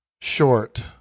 short